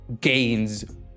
gains